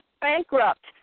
bankrupt